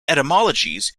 etymologies